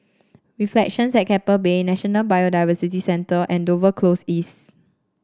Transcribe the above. Reflections at Keppel Bay National Biodiversity Centre and Dover Close East